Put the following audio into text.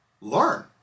learn